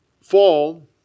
fall